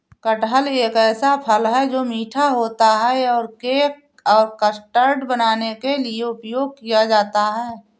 कटहल एक ऐसा फल है, जो मीठा होता है और केक और कस्टर्ड बनाने के लिए उपयोग किया जाता है